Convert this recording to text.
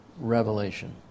revelation